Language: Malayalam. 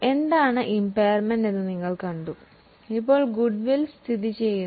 എന്താണ് ഇമ്പയർമെൻറ് എന്ന് നോക്കാം